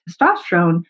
testosterone